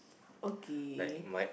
okay